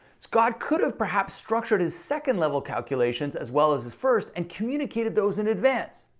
scott could have perhaps structured his second level calculations as well as his first and communicated those in advance,